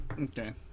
okay